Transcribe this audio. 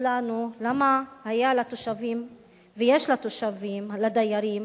היה לתושבים ויש לתושבים, לדיירים,